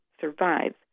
survives